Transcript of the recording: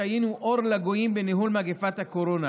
שהיינו אור לגויים בניהול מגפת הקורונה